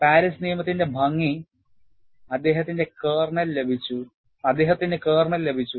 Paris നിയമത്തിന്റെ ഭംഗി അദ്ദേഹത്തിന് കേർണൽ ലഭിച്ചു